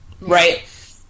Right